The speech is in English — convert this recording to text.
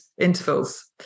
intervals